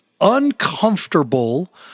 uncomfortable